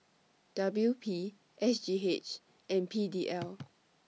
W P S G H and P D L